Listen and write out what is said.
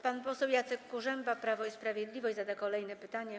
Pan poseł Jacek Kurzępa, Prawo i Sprawiedliwość, zada kolejne pytanie.